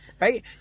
right